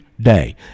Day